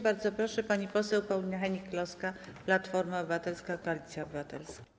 Bardzo proszę, pani poseł Paulina Hennig-Kloska, Platforma Obywatelska - Koalicja Obywatelska.